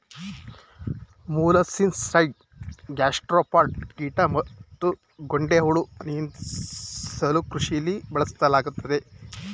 molluscicide gastropod ಕೀಟ ಮತ್ತುಗೊಂಡೆಹುಳು ನಿಯಂತ್ರಿಸಲುಕೃಷಿಲಿ ಬಳಸಲಾಗ್ತದೆ